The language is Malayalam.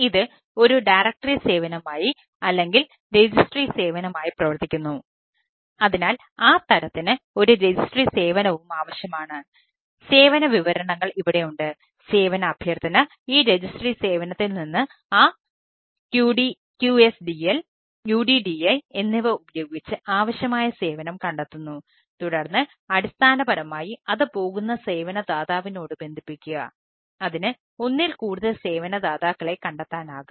ഇത് ഒരു ഡയറക്ടറി സേവനത്തിൽ നിന്ന് ആ QSDL UDDI എന്നിവ ഉപയോഗിച്ച് ആവശ്യമായ സേവനം കണ്ടെത്തുന്നു തുടർന്ന് അടിസ്ഥാനപരമായി അത് പോകുന്ന സേവന ദാതാവിനോട് ബന്ധിപ്പിക്കുക അതിന് ഒന്നിൽ കൂടുതൽ സേവന ദാതാക്കളെ കണ്ടെത്താനാകും